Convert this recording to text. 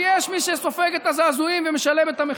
כי יש מי שסופג את הזעזועים ומשלם את המחיר.